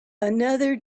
another